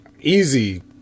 easy